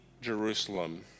Jerusalem